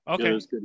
Okay